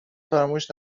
فراموش